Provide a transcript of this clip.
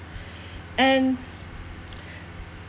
and